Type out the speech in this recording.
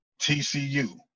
TCU